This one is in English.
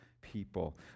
people